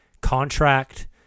contract